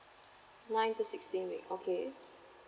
nine to sixteen weeks okay